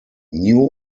new